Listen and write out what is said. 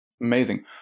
Amazing